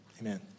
amen